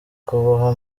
kubaho